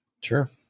Sure